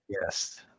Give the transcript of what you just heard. Yes